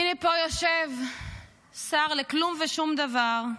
הינה פה יושב שר לכלום ושום דבר,